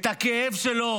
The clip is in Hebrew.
את הכאב שלו